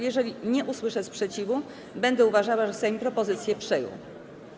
Jeżeli nie usłyszę sprzeciwu, będę uważała, że Sejm propozycję przyjął.